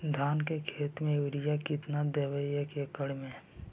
धान के खेत में युरिया केतना देबै एक एकड़ में?